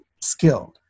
skilled